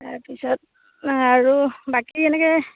তাৰপিছত আৰু বাকী এনেকে